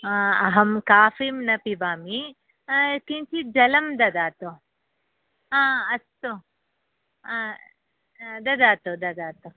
अहं काफ़ीं न पिबामि किञ्चित् जलं ददातु अस्तु ददातु ददातु